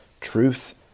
Truth